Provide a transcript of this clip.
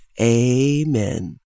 Amen